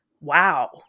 wow